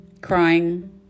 crying